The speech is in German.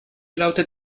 lautet